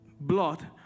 blood